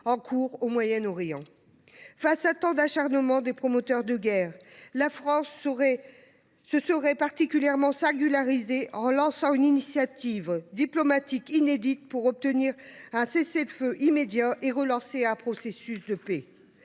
au Moyen Orient. Face à tant d’acharnement des promoteurs de guerre, la France se serait particulièrement singularisée en lançant une initiative diplomatique inédite pour obtenir un cessez le feu immédiat et relancer un processus de paix.